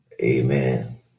Amen